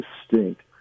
distinct